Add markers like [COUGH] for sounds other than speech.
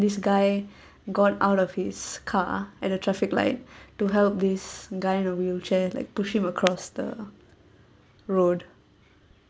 this guy [BREATH] got out of his car at a traffic light to help this guy on wheelchair like push him across the road